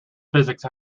physics